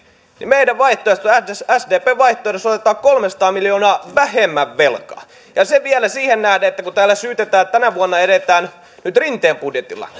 kun meidän vaihtoehdossamme sdpn vaihtoehdossa otetaan kolmesataa miljoonaa vähemmän velkaa ja vielä siihen nähden että kun täällä syytetään että tänä vuonna eletään nyt rinteen budjetilla niin